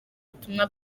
ubutumwa